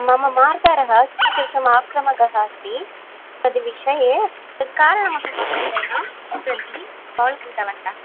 मम मार्जारः कीदृशः आक्रमकः अस्ति तद्विषये तत्कारणमहं महोदय रन्ती काल् कृतवन्तः